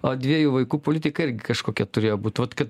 o dviejų vaikų politika irgi kažkokia turėjo būt vat kad